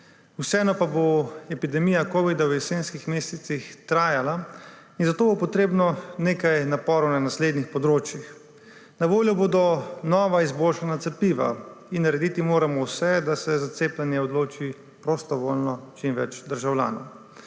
vseeno pa bo epidemija covida v jesenskih mesecih trajala in zato bo potrebno nekaj naporov na naslednjih področjih. Na voljo bodo nova izboljšana cepiva in narediti moramo vse, da se prostovoljno za cepljenje odloči čim več državljanov.